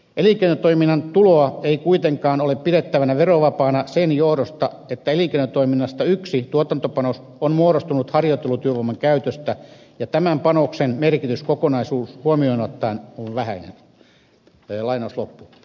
elinkeinotoiminnan tuloa ei kuitenkaan ole pidettävä verovapaana sen johdosta että elinkeinotoiminnassa yksi tuotantopanos on muodostunut harjoittelutyövoiman käytöstä ja tämän panoksen merkitys kokonaisuus huomioon ottaen on vähäinen